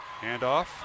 Handoff